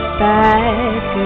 back